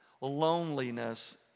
Loneliness